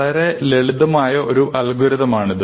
വളരെ ലളിതമായ ഒരു അൽഗോരിതമാണിത്